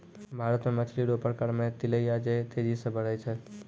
भारत मे मछली रो प्रकार मे तिलैया जे तेजी से बड़ै छै